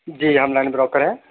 جی ہم land broker ہیں